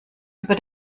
über